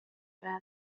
fel